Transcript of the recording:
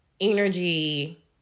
energy